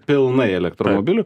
pilnai elektromobilių